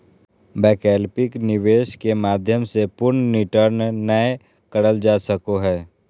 वैकल्पिक निवेश के माध्यम से पूर्ण रिटर्न नय करल जा सको हय